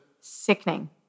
Sickening